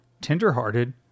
tenderhearted